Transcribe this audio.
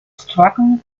struggle